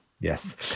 yes